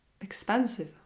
expensive